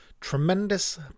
Tremendous